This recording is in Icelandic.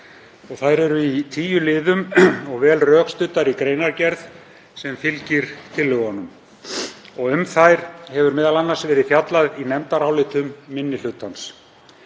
Þær eru í 10 liðum og vel rökstuddar í greinargerð með tillögunum. Um þær hefur m.a. verið fjallað í nefndarálitum minni hlutans.